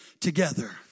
together